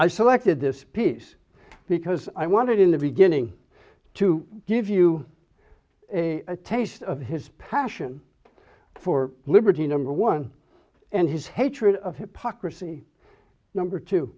i selected this piece because i wanted in the beginning to give you a taste of his passion for liberty number one and his hatred of hypocrisy number two